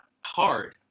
hard